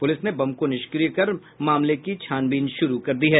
police ने bomb को निष्क्रिय कर मामले की छानबीन शुरू कर दी है